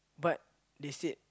but they said